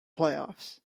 playoffs